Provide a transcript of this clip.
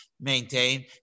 maintain